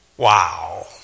Wow